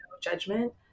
judgment